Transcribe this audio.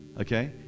Okay